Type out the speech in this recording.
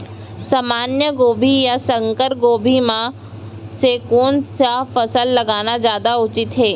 सामान्य गोभी या संकर गोभी म से कोन स फसल लगाना जादा उचित हे?